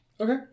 okay